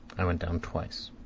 i went down twice.